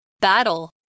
Battle